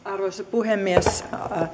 arvoisa puhemies